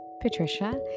Patricia